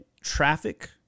traffic